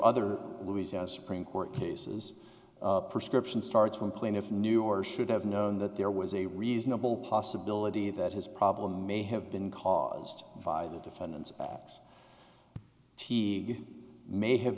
other louisiana supreme court cases prescriptions starts when plaintiff knew or should have known that there was a reasonable possibility that his problem may have been caused by the defendant's x t may have